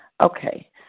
Okay